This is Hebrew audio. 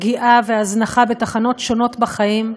פגיעה והזנחה בתחנות שונות בחיים,